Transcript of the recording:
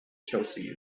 chelsea